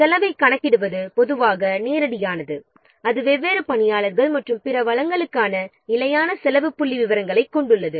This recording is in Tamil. செலவைக் கணக்கிடுவது பொதுவாக நேரடியானது அது வெவ்வேறு பணியாளர்கள் மற்றும் பிற வளங்களுக்கான நிலையான செலவு புள்ளிவிவரங்களைக் கொண்டுள்ளது